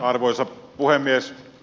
arvoisa puhemies